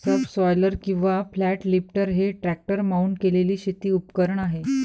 subsoiler किंवा flat lifter हे tractor mount केलेले शेती उपकरण आहे